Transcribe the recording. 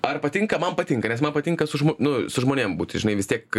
ar patinka man patinka nes man patinka su žmo nu su žmonėm būti žinai vis tiek